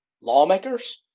lawmakers